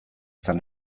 zen